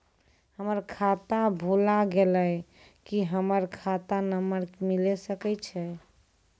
हमर खाता भुला गेलै, की हमर खाता नंबर मिले सकय छै?